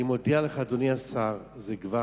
אני מודיע לך, אדוני השר, זה כבר